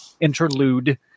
interlude